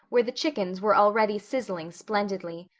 where the chickens were already sizzling splendidly.